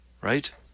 right